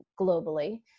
globally